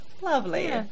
lovely